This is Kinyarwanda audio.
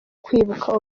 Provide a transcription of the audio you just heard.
kwibuka